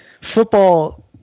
football